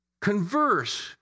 converse